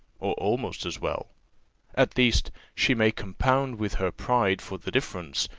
or almost as well at least, she may compound with her pride for the difference,